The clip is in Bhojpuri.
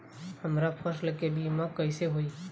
हमरा फसल के बीमा कैसे होई?